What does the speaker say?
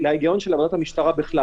מה שקשור לקורונה, כן.